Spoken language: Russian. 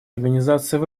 организацией